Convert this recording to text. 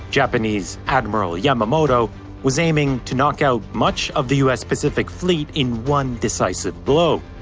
japanese admiral yamamoto was aiming to knock out much of the u s pacific fleet in one decisive blow.